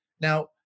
Now